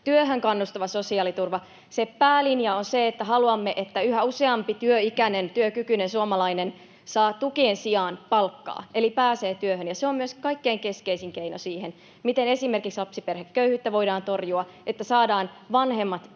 työhön kannustava sosiaaliturva. Se päälinja on se, että haluamme, että yhä useampi työikäinen, työkykyinen suomalainen saa tukien sijaan palkkaa eli pääsee työhön. Se on myös kaikkein keskeisin keino siihen, miten esimerkiksi lapsiperheköyhyyttä voidaan torjua: että saadaan vanhemmat